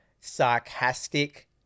sarcastic